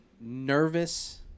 nervous